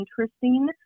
interesting